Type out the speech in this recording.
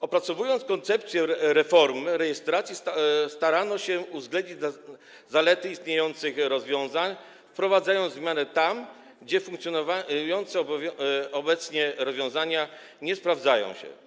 Opracowując koncepcję reformy rejestracji, starano się uwzględnić zalety istniejących rozwiązań, wprowadzając zmiany tam, gdzie funkcjonujące obecnie rozwiązania nie sprawdzają się.